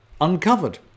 Uncovered